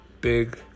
big